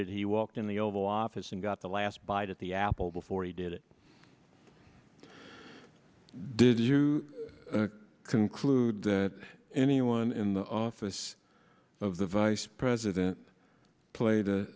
it he walked in the oval office and got the last bite at the apple before he did it did you conclude that anyone in the office of the vice president played a